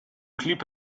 clip